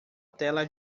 tela